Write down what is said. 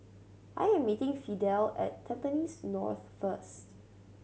I am meeting Fidel at Tampines North first